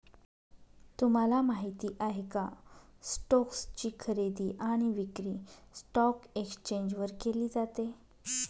तुम्हाला माहिती आहे का? स्टोक्स ची खरेदी आणि विक्री स्टॉक एक्सचेंज वर केली जाते